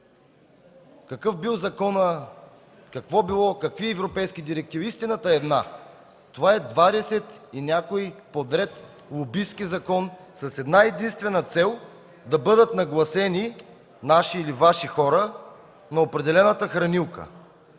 какъв бил законът, какво било, какви европейски директиви. Истината е една, че това е двадесет и някой си подред лобистки закон с една-единствена цел – да бъдат нагласени наши или Ваши хора на определената хранилка.